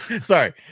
Sorry